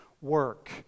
work